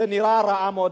זה נראה רע מאוד,